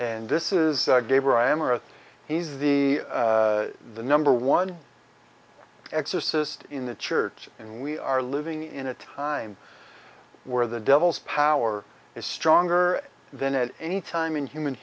and this is gave her i am or he's the the number one exorcist in the church and we are living in a time where the devil's power is stronger than at any time in human